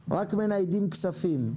אלא רק מניידים כספים.